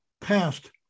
passed